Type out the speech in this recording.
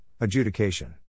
adjudication